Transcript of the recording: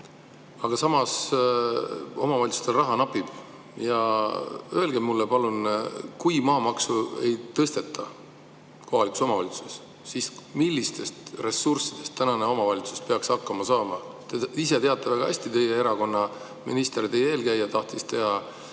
Aga samas omavalitsustel raha napib. Öelge mulle palun, kui maamaksu ei tõsteta kohalikes omavalitsustes, siis milliste ressursside abil omavalitsus peaks hakkama saama? Te teate väga hästi, teie erakonna minister, teie eelkäija, tahtis teha